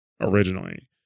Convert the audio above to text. originally